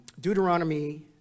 Deuteronomy